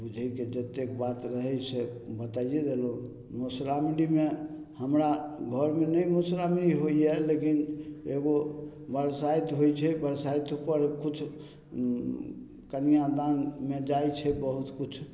बुझयके जते बात रहय से बताइए देलहुँ मधुश्रावणीमे हमरा घरमे नहि मधुश्रावणी मधुश्रावणी होइए लेकिन एगो बरसाति होइ छै बरसाति पर किछु कन्यादानमे जाइ छै बहुत किछु